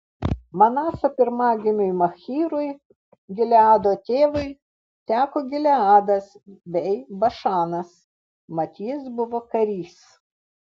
manaso pirmagimiui machyrui gileado tėvui teko gileadas bei bašanas mat jis buvo karys